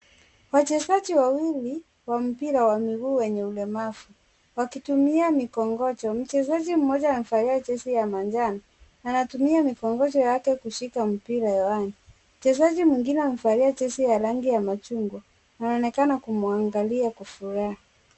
Wachezaji wawili wa mpira wa miguu wenye ulemavu wakitumia mikongojo. Mchezaji mmoja amevalia jezi ya manjano anatumia mikongojo yake kushika mpira hewani. Mchezaji mwingine amevalia jezi ya rangi ya machungwa anaonekana kumwangalia kwa furaha.